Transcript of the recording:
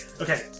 okay